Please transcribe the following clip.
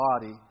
body